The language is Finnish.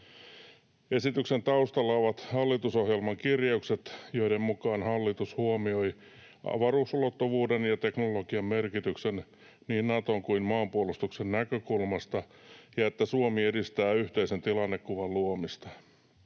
Esityksen taustalla ovat hallitusohjelman kirjaukset, joiden mukaan hallitus huomioi avaruusulottuvuuden ja -teknologian merkityksen niin Naton kuin maanpuolustuksen näkökulmasta ja että Suomi edistää yhteisen tilannekuvan luomista.